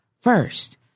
first